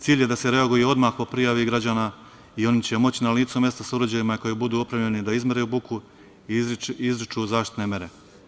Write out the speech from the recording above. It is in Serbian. Cilj je da se reaguje odmah po prijavi građana i oni će moći na licu mesta sa uređajima kojima budu opremljeni da izmere buku i izriču zaštitne mere.